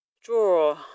draw